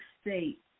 state